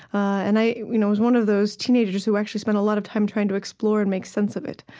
and i you know was one of those teenagers who actually spent a lot of time trying to explore and make sense of it.